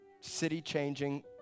city-changing